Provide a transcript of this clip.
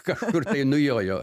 kažkur tai nujojo